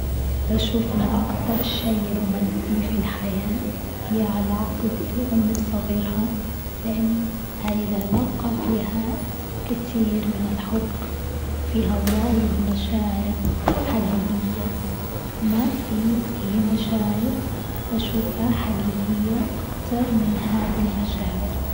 بشوف إن أكتر شيء رومانسي في الحياة هي علاقة الأم بصغيرها لأن هاي العلاقة فيها الكتير من الحب وفيها واجد مشاعر حقيقية، ما في أي مشاعر بشوفها حقيقة أكثر من هاد المشاعر.